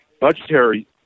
budgetary